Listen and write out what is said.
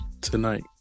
tonight